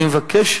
אני מבקש,